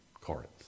Corinth